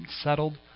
settled